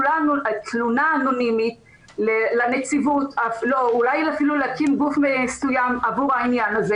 תלונה אנונימית לנציבות ואולי אפילו להקים גוף מסוים עבור העניין הזה